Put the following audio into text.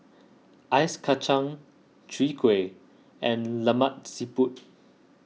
Ice Kacang Chwee Kueh and Lemak Siput